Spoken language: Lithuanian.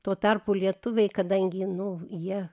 tuo tarpu lietuviai kadangi nu jie